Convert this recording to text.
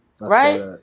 Right